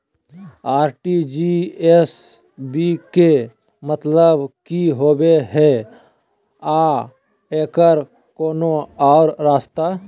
RTGS बा के मतलब कि होबे हय आ एकर कोनो और रस्ता?